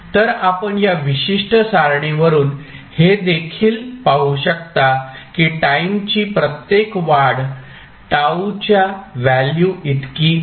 तर आपण या विशिष्ट सारणी वरून हे देखील पाहू शकता की टाईमची प्रत्येक वाढ τ च्या व्हॅल्यू इतकी आहे